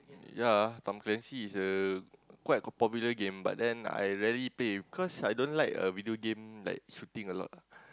ya Tom-Clancy is a quite a popular game but then I rarely play cause I don't like a video game like shooting a lot ah